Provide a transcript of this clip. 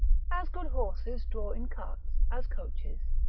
as good horses draw in carts, as coaches.